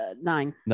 Nine